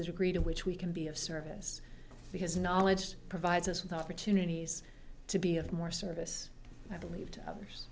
agreed on which we can be of service because knowledge provides us with opportunities to be of more service i believe others